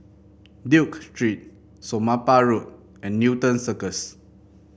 Duke Street Somapah Road and Newton Circus